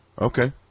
Okay